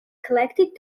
collected